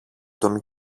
τον